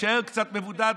ושיישאר קצת מבודד,